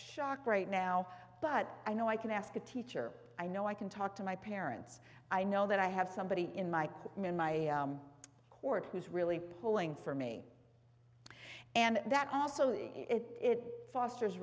shock right now but i know i can ask a teacher i know i can talk to my parents i know that i have somebody in my court who's really pulling for me and that also it fosters